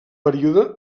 període